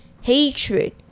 hatred